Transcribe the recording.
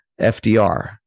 FDR